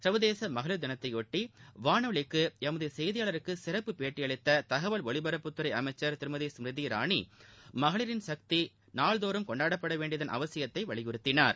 சர்வதேச மகளிர் தினத்தையொட்டி வானொலிக்கு எமது செய்தியாளருக்கு சிறப்பு பேட்டியளித்த தகவல் ஒலிபரப்புத்துறை அமைச்சர் திருமதி ஸ்மிருதி இரானி மகளிரின் சக்தி நாள்தோறும் கொண்டாடப்பட வேண்டியதன் அவசியத்தை வலியுறுத்தினார்